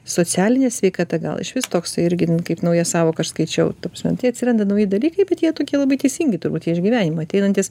socialinė sveikata ta gal išvis toks irgi kaip nauja sąvoka aš skaičiau ta prasme tai atsiranda nauji dalykai bet jie tokie labai teisingi turbūt jie iš gyvenimo ateinantys